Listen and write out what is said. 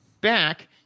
back